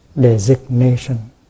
designation